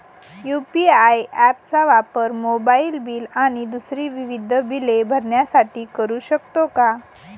UPI app चा वापर mobile bill आणि दुसरी विविध बिले भरण्यासाठी करू शकतो का?